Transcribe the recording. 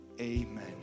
amen